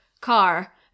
car